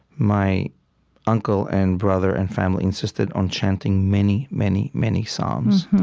my uncle and brother and family insisted on chanting many, many, many psalms.